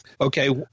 Okay